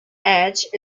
edge